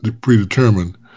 predetermined